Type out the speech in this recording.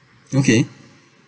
okay